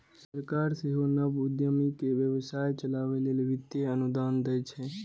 सरकार सेहो नव उद्यमी कें व्यवसाय चलाबै लेल वित्तीय अनुदान दै छै